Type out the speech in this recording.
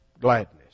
gladness